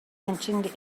mentioned